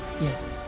Yes